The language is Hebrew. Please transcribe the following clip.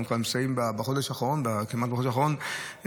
אנחנו נמצאים כמעט בחודש האחרון,